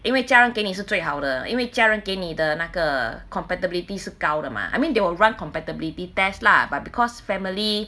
因为家人给你是最好的因为家人给你的那个 compatibility 是高的吗 I mean they will run compatibility test lah but because family